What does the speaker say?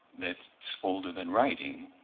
that's older than writing